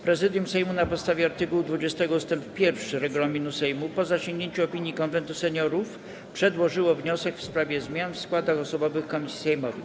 Prezydium Sejmu na podstawie art. 20 ust. 1 regulaminu Sejmu, po zasięgnięciu opinii Konwentu Seniorów, przedłożyło wniosek w sprawie zmian w składach osobowych komisji sejmowych.